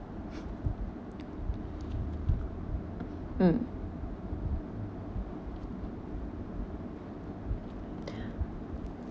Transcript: mm